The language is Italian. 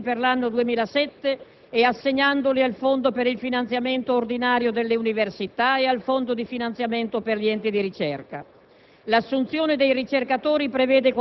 consentendo l'utilizzazione delle somme previste per l'anno 2007 e assegnandole al Fondo per il finanziamento ordinario delle università e al Fondo di finanziamento per gli enti di ricerca.